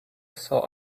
saw